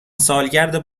سالگرد